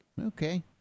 Okay